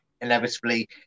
inevitably